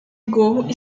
gorro